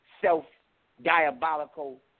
self-diabolical